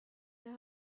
jag